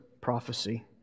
prophecy